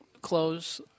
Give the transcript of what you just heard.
close